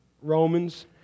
Romans